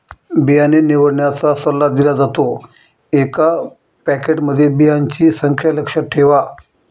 बियाणे निवडण्याचा सल्ला दिला जातो, एका पॅकेटमध्ये बियांची संख्या लक्षात ठेवा